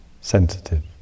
sensitive